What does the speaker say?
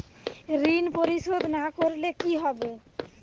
ঋণ পরিশোধ না করলে কি হবে?